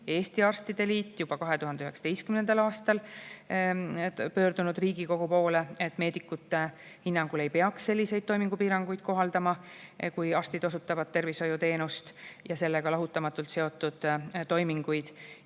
Eesti Arstide Liit pöördusidki juba 2019. aastal Riigikogu poole, sest meedikute hinnangul ei peaks selliseid toimingupiiranguid kohaldama, kui arstid osutavad tervishoiuteenust ja [teevad] sellega lahutamatult seotud toiminguid.